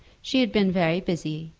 she had been very busy,